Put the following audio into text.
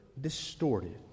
distorted